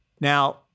Now